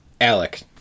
Alec